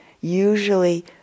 usually